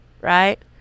Right